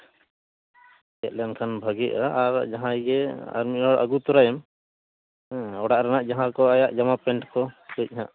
ᱦᱮᱡ ᱞᱮᱱᱠᱷᱟᱱ ᱵᱷᱟᱜᱮᱜᱼᱟ ᱟᱨ ᱡᱟᱦᱟᱸᱭ ᱜᱮ ᱟᱨ ᱢᱤᱫ ᱦᱚᱲ ᱟᱹᱜᱩ ᱛᱚᱨᱟᱭᱮᱢ ᱦᱮᱸ ᱚᱲᱟᱜ ᱨᱮᱭᱟᱜ ᱡᱟᱦᱟᱸ ᱠᱚ ᱟᱭᱟᱜ ᱡᱟᱢᱟ ᱯᱮᱱᱴ ᱠᱚ ᱠᱟᱹᱡ ᱦᱟᱸᱜ